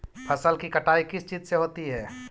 फसल की कटाई किस चीज से होती है?